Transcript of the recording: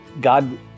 God